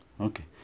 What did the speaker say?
Okay